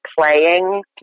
playing